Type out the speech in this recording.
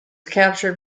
captured